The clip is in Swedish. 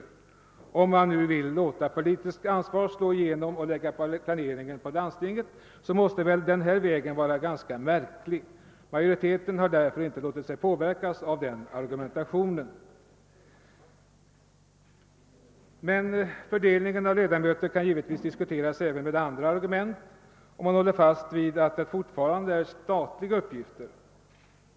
Om man vill låta politiskt ansvar slå igenom och lägga planeringen på landstinget, måste denna väg vara ganska märklig. Majoriteten har därför inte låtit sig påverkas av den argumentationen. Men fördelningen av ledamöterna kan givetvis diskuteras även med andra argument, om man håller fast vid att det fortfarande är statliga uppgifter.